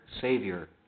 savior